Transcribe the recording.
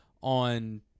on